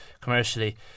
commercially